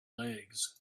legs